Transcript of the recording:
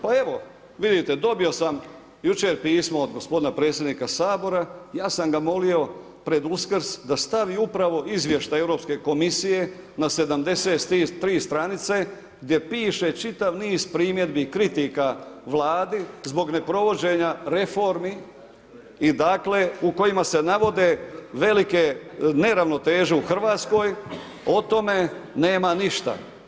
Pa evo, vidite, dobio sam jučer pismo od gospodina predsjednika Sabora, ja sam ga molio pred Uskrs da stavi upravo izvještaj Europske komisije na 73 stranice gdje piše čitav niz primjedbi i kritika Vladi zbog neprovođenja reformi i dakle u kojima se navode velike neravnoteže u Hrvatskoj, o tome nema ništa.